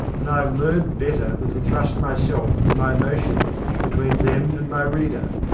and i have learned better than to thrust myself and my emotions between them and my reader.